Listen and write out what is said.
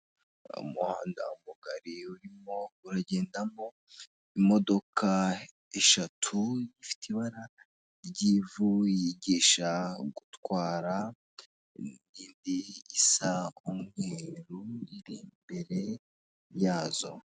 Umuhanda mugari urimo uragendamo imodoka eshatu, ifite ibara ry'ivu yigisha gutwara, indi isa umweru iri imbere yazo.